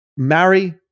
marry